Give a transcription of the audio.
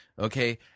okay